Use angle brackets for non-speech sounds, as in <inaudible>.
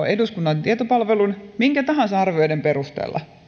<unintelligible> eduskunnan tietopalvelun minkä tahansa arvioiden perusteella